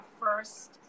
first